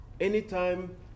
Anytime